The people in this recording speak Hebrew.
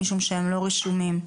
משום שהם לא רשומים.